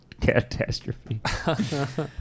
catastrophe